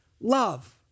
love